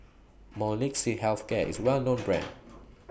Molnylcke Health Care IS A Well known Brand